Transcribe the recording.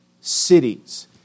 cities